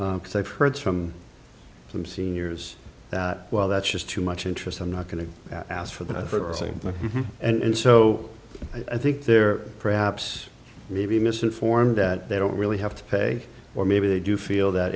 because i've heard from some seniors that well that's just too much interest i'm not going to ask for the same thing and so i think they're perhaps maybe misinformed that they don't really have to pay or maybe they do feel that